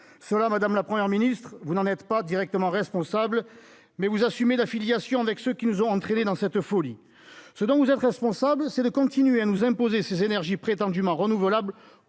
selon Madame la première ministre vous n'en êtes pas directement responsable mais vous assumez la filiation avec ceux qui nous ont entraînés dans cette folie, ce dont vous êtes responsable, c'est de continuer à nous imposer ses énergies prétendument renouvelables